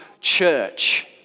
church